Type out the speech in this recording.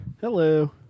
Hello